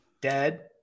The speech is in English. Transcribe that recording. dead